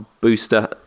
Booster